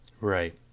right